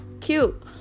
cute